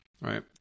right